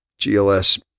GLS